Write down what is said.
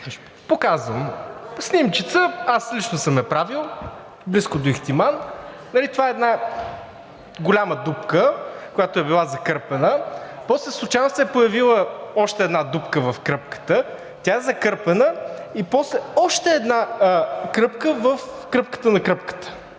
дупки и кръпки), аз лично съм я правил – близко до Ихтиман. Това е една голяма дупка, която е била закърпена. После случайно се е появила още една дупка в кръпката, тя е закърпена и после още една кръпка в кръпката на кръпката.